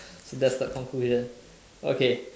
so that's the conclusion okay